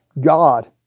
God